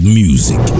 music